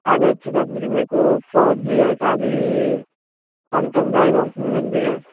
అదొచ్చేటప్పటికి మీకు four G అయితే అది పంతొమ్మిది ఐదు ఉంటుందండి